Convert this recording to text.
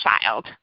child